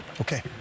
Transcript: Okay